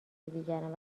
دیگران